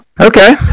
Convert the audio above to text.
okay